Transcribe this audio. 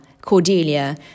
Cordelia